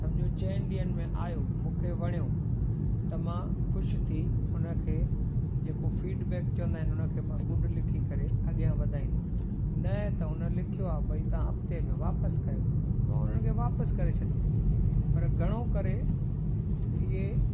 सम्झो चइनि ॾींहनि में आयो मूंखे वणियो त मां ख़ुशि थी उन खे जेको फीडबैक चवंदा आहिनि उन खे मां गुड लिखी करे अॻियां वधाईंदसि न त उन लिखियो आहे भाई तव्हां हफ़्ते में वापसि कयो त मां उन्हनि खे वापसि करे छॾींदुमि पर घणो करे इहे